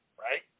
right